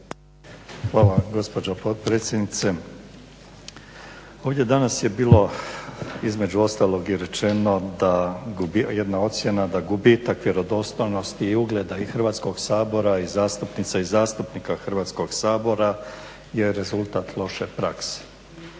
vam gospođo potpredsjednice. Ovdje danas je bilo između ostalog i rečeno jedna ocjena da gubitak vjerodostojnosti i ugleda i Hrvatskog sabora i zastupnica i zastupnika Hrvatskog sabora je rezultat loše prakse.